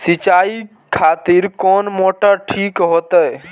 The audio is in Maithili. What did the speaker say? सीचाई खातिर कोन मोटर ठीक होते?